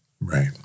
Right